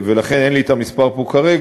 ולכן אין לי את המספר פה כרגע,